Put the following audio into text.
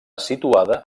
situada